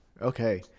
Okay